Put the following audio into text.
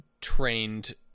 trained